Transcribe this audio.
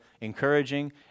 encouraging